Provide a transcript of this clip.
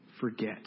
forget